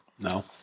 No